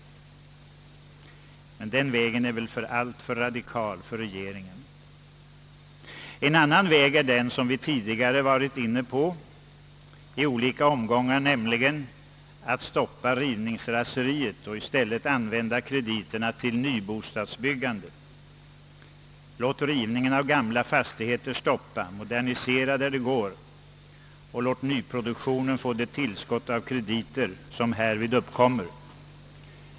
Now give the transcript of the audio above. Men den vägen är väl alltför radikal för regeringen. En annan väg, som vi tidigare i olika omgångar rekommenderat, är att hejda rivningsraseriet och i stället använda krediterna till nybostadsbyggande. Stoppa rivningen av gamla fastigheter, modernisera där så är möjligt och låt nyproduktionen få det tillskott av krediter som uppkommer!